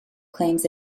claims